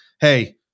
hey